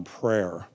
prayer